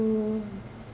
to